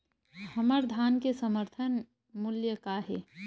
हमर धान के समर्थन मूल्य का हे?